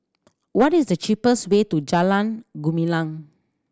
what is the cheapest way to Jalan Gumilang